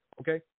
Okay